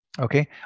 Okay